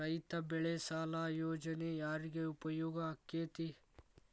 ರೈತ ಬೆಳೆ ಸಾಲ ಯೋಜನೆ ಯಾರಿಗೆ ಉಪಯೋಗ ಆಕ್ಕೆತಿ?